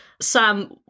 Sam